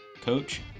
coach